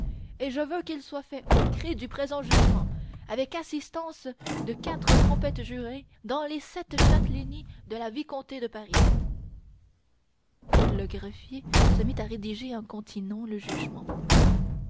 et je veux qu'il soit fait un cri du présent jugement avec assistance de quatre trompettes jurés dans les sept châtellenies de la vicomté de paris le greffier se mit à rédiger incontinent le jugement